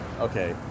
Okay